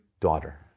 daughter